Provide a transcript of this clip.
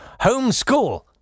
Homeschool